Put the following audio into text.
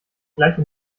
gleiche